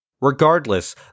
Regardless